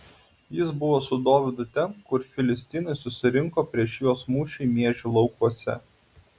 jis buvo su dovydu ten kur filistinai susirinko prieš juos mūšiui miežių laukuose